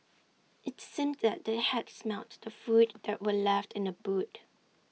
IT seemed that they had smelt the food that were left in the boot